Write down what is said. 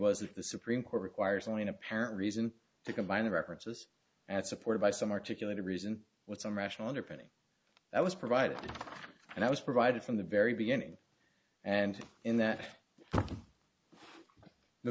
that the supreme court requires only an apparent reason to combine the references and supported by some articulated reason with some rational underpinning that was provided and that was provided from the very beginning and in that the